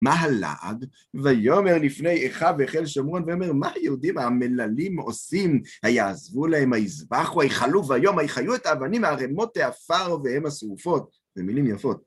מה הלעג? "ויאמר לפני אחיו וחיל שמרון, ויאמר מה היהודים האמללים עשים? היעזבו להם, היזבחו, היכלו ביום, היחיו את האבנים מערמות העפר והמה שרופות". זה מילים יפות.